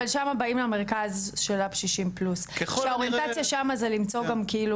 אבל שמה באים למרכז של אפ שישים פלוס שהאוריינטציה שמה זה גם כאילו,